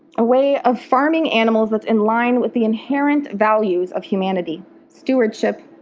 a way of farming animals that's inline with the inherent values of humanity stewardship,